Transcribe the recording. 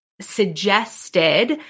suggested